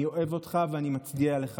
אני אוהב אותך, ואני מצדיע לך.